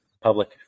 public